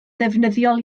ddefnyddiol